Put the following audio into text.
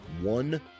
one